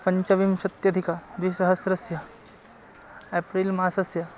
पञ्चविंशत्यधिकद्विसहस्रस्य एप्रिल्मासस्य